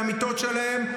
מהמיטות שלהם,